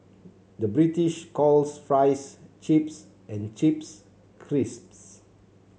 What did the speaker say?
the British calls fries chips and chips crisps